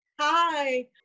hi